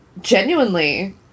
genuinely